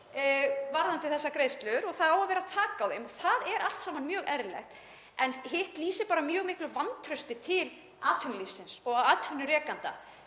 varðandi þessar greiðslur og það á að vera þak á þeim og það er allt saman mjög eðlilegt. En hitt lýsir mjög miklu vantrausti til atvinnulífsins og atvinnurekanda,